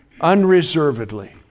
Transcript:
Unreservedly